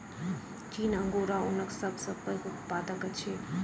चीन अंगोरा ऊनक सब सॅ पैघ उत्पादक अछि